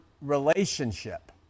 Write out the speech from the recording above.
relationship